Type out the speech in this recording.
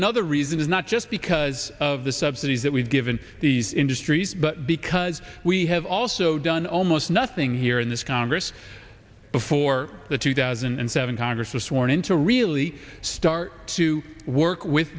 another reason is not just because of the subsidies that we've given these industries but because we have also done almost nothing here in this congress before the two thousand and seven congress was sworn in to really start to work with